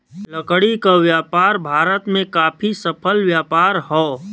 लकड़ी क व्यापार भारत में काफी सफल व्यापार हौ